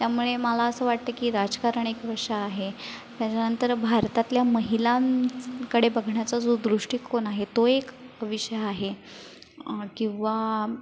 त्यामुळे मला असं वाटतं की राजकारण एक विषय आहे त्याच्यानंतर भारतातल्या महिलांकडे बघण्याचा जो दृष्टिकोन आहे तो एक विषय आहे किंवा